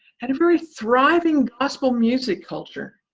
had a very thriving gospel music culture.